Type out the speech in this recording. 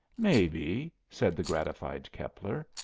maybe, said the gratified keppler.